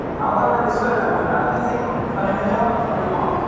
how about venezuela would i be able to find a job in a month?